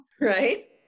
Right